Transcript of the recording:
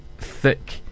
thick